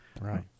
Right